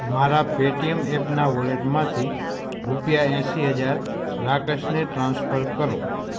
મારા પેટીએમ ઍપના વૉલેટમાંથી રૂપિયા એંસી હજાર રાકેશને ટ્રાન્સફર કરો